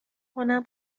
کنم